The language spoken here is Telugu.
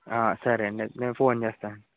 సరేండి నేను ఫోన్ చేస్తా